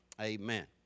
amen